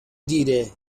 دیره